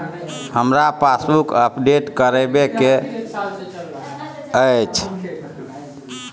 हमरा passbook update करैबे के अएछ?